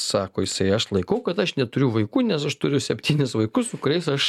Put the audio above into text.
sako jisai aš laikau kad aš neturiu vaikų nes aš turiu septynis vaikus su kuriais aš